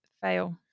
Fail